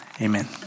Amen